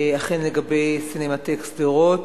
לגבי סינמטק שדרות.